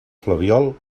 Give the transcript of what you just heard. flabiol